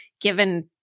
given